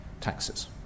taxes